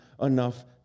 enough